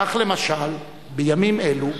כך, למשל, בימים אלו